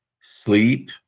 sleep